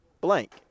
blank